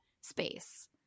space